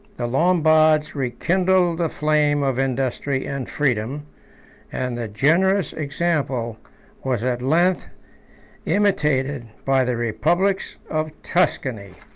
the lombards rekindled the flame of industry and freedom and the generous example was at length imitated by the republics of tuscany.